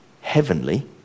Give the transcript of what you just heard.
heavenly